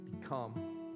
become